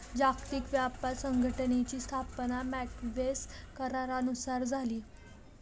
जागतिक व्यापार संघटनेची स्थापना मार्क्वेस करारानुसार झाली